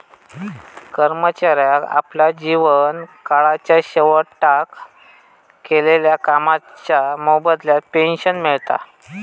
कर्मचाऱ्यांका आपल्या जीवन काळाच्या शेवटाक केलेल्या कामाच्या मोबदल्यात पेंशन मिळता